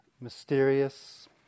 mysterious